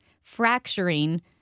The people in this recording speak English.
fracturing